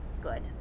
good